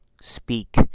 speak